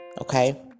okay